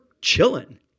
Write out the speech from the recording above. chilling